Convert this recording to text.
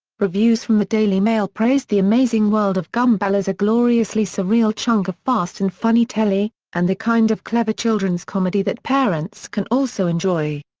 reviews from the daily mail praised the amazing world of gumball as a gloriously surreal chunk of fast and funny telly and the kind of clever children's comedy that parents can also enjoy.